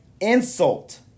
insult